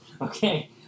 Okay